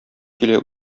килә